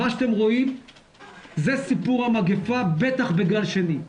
מה שאתם רואים זה סיפור המגפה, בטח בגל השני.